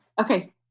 okay